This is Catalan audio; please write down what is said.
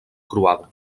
croada